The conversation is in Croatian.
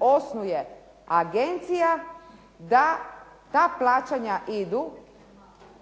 osnuje agencija da ta plaćanja idu